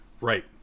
Right